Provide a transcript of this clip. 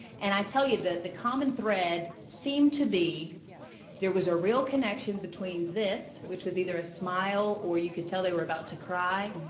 and i tell you, the common thread seemed to be there was a real connection between this, which is either a smile or you could tell they were about to cry,